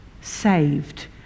saved